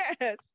Yes